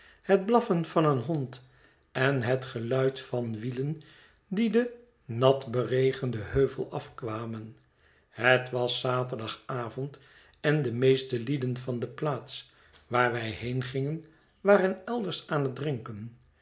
het blaffen van een hond en het geluid van wielen die den nat beregenden heuvel afkwamen het was zaterdagavond en de meeste lieden van de plaats waar wij heengingen waren elders aan het drinken